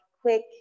quick